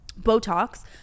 Botox